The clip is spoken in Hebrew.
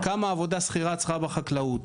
כמה עבודה שכירה צריך בחקלאות.